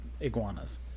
Iguanas